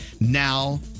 now